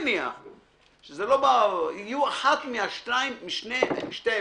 יהיו אחת משתי אפשרויות.